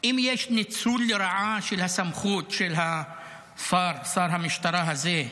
אם יש ניצול לרעה של הסמכות של שר המשטרה הזה,